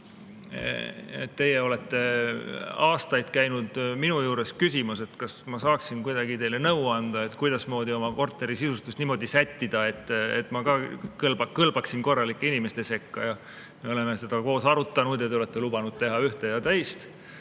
teie olete aastaid käinud minu juures küsimas, kas ma saaksin teile nõu anda, kuidasmoodi oma korteri sisustus niimoodi sättida, et te kõlbaks ka korralike inimeste sekka. Me oleme seda koos arutanud ning te olete lubanud teha ühte ja teist